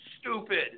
stupid